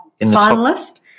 finalist